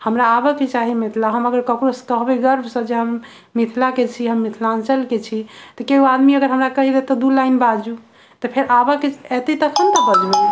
हमरा आबऽ के चाही मिथिला हमर अगर ककरोसँ कहबै गर्व से जे हम मिथिला के छी हम मिथिलाञ्चल के छी तऽ केओ आदमी अगर हमरा कहि देत तऽ दू लाइन बाजू तऽ फेर आबऽ के एतै तखन बजबै